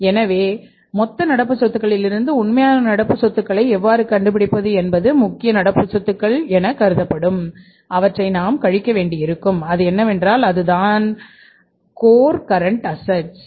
எனவே மொத்த நடப்பு சொத்துகளிலிருந்து உண்மையான நடப்பு சொத்துக்களை எவ்வாறு கண்டுபிடிப்பது என்பது முக்கிய நடப்பு சொத்துகள் எனக் கருதப்படும் ஒன்றை நாம் கழிக்க வேண்டியிருக்கும் அது என்னவென்றால் அது தான் கோர்க் கரெண்ட் ஆசெட்ஸ்